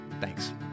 Thanks